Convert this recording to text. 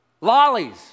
Lollies